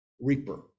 reaper